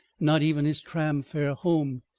not even his tram fare home.